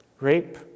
rape